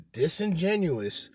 disingenuous